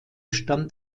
stand